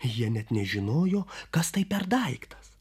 jie net nežinojo kas tai per daiktas